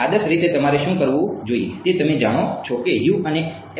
આદર્શ રીતે તમારે શું કરવું જોઈએ તે તમે જાણો છો કે એ નું ફંક્શન છે